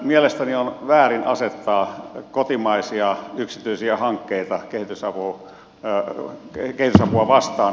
mielestäni on väärin asettaa kotimaisia yksityisiä hankkeita kehitysapua vastaan